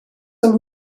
some